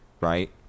Right